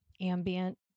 ambient